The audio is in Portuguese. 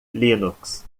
linux